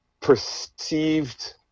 perceived